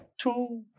Two